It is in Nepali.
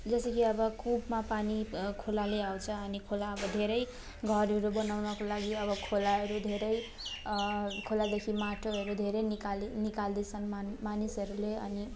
जसरी अब कुपमा पानी खोलाले आउँछ अनि खोला अब धेरै घरहरू बनाउनको लागि अब खोलाहरू धेरै खोलादेखि माटोहरू धेरै निकाल्दै निकाल्दैछन् मानिसहरूले अनि